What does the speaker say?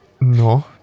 No